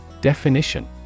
Definition